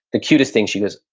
the cutest thing she goes,